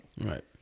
Right